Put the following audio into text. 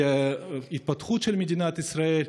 להתפתחות של מדינת ישראל,